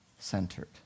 Centered